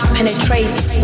penetrates